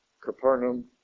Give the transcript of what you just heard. Capernaum